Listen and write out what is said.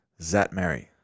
Zatmary